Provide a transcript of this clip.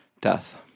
death